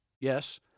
Yes